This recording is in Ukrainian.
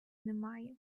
немає